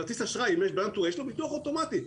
כרטיס אשראי, יש לו ביטוח אוטומטי.